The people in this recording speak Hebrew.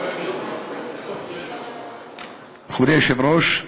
מכובדי היושב-ראש,